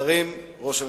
שרים, ראש הממשלה,